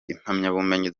impamyabumenyi